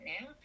now